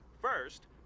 First